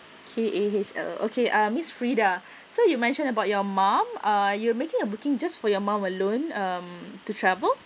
K A H L O okay um miss frida so you mentioned about your mum ah you're making a booking just for your mum alone um to travel